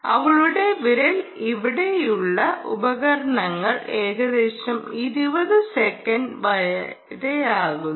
അവളുടെ വിരലിൽ ഇവിടെയുള്ള ഉപകരണങ്ങൾ ഏകദേശം 20 സെക്കൻഡ് വെയറാകുന്നു